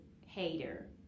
Hater